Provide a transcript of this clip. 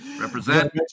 Represent